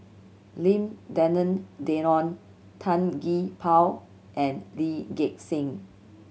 Lim Denan Denon Tan Gee Paw and Lee Gek Seng